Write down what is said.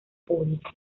público